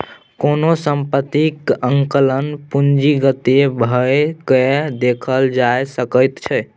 कोनो सम्पत्तीक आंकलन पूंजीगते भए कय देखल जा सकैत छै